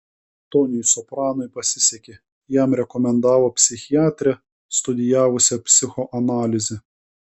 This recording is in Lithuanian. toniui sopranui pasisekė jam rekomendavo psichiatrę studijavusią psichoanalizę